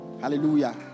Hallelujah